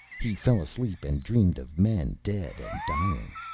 he fell asleep, and dreamed of men dead and dying.